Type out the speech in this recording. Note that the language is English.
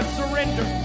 surrender